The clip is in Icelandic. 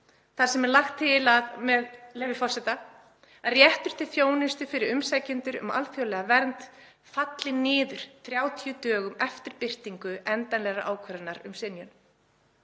þar sem er lagt til, með leyfi forseta: „… að réttur til þjónustu fyrir umsækjendur um alþjóðlega vernd falli niður 30 dögum eftir birtingu endanlegrar ákvörðunar um synjun.